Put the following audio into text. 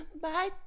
bye